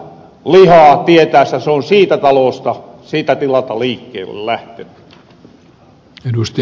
tietääs että se on siitä talosta siltä tilalta liikkeelle lähteny